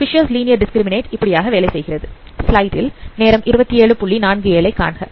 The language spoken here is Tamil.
Fisher's linear discriminant Fischer's Linear discriminant இப்படியாக வேலை செய்கிறது